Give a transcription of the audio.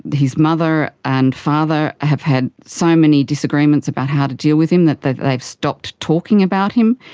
his mother and father have had so many disagreements about how to deal with him that they've they've stopped talking about him.